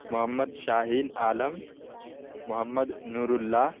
Muhammad Shaheen Alam Mohammad Noor Allah